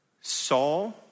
Saul